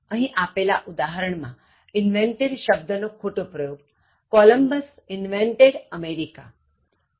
અહીં આપેલા ઉદાહરણ માં invented શબ્દ નો ખોટો પ્રયોગ Columbus invented America